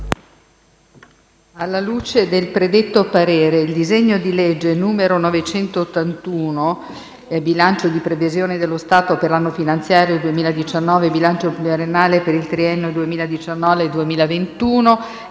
Alla luce del predetto parere, il disegno di legge n. 981 (bilancio di previsione dello Stato per l'anno finanziario 2019 e bilancio pluriennale per il triennio 2019-2021)